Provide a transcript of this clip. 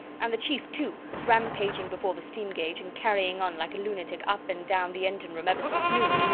and the chief, too, rampaging before the steam-gauge and carrying on like a lunatic up and down the engine-room ever since noon.